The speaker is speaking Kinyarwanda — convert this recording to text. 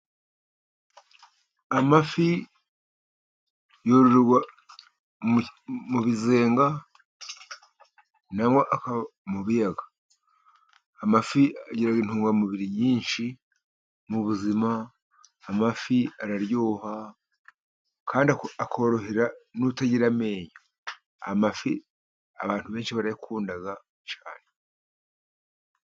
Amafi yororerwa mu bizenga, cyangwa mu biyaga amafi agira intungamubiri nyinshi mu buzima, amafi araryoha akorohera kandi akorohera n'utagira amenyo, amafi abantu benshi barayakunda cyane.